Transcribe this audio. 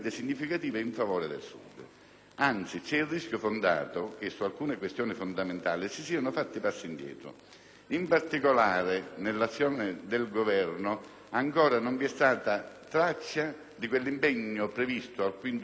Anzi, c'è il rischio fondato che su alcune questioni fondamentali si siano fatti passi indietro. In particolare, nell'azione del Governo ancora non vi è traccia di quell'impegno previsto al quinto punto del programma di Governo: